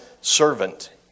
servant